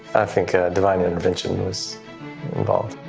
think ah divine intervention was involved.